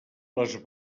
les